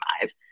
five